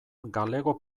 galego